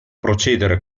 procedere